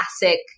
classic